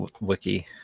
wiki